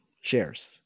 shares